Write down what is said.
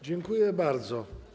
Dziękuję bardzo.